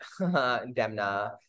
Demna